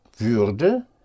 Würde